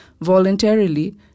voluntarily